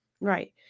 Right